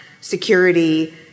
security